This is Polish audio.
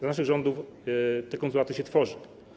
Za naszych rządów te konsulaty się tworzy.